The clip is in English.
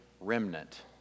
remnant